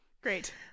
Great